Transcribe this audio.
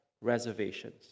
reservations